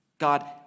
God